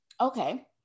okay